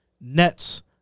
Nets